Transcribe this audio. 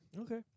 Okay